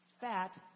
fat